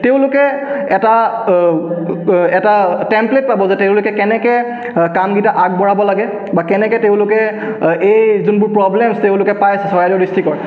তেওঁলোকে এটা এটা টেম্প্লেট পাব যে তেওঁলোকে কেনেকৈ কামকেইটা আগবঢ়াব লাগে বা কেনেকৈ তেওঁলোকে এই যোনবোৰ প্ৰব্লেমছ তেওঁলোকে পাইছে চৰাইদেউ ডিষ্ট্ৰিক্টৰ